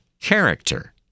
character